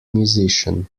musician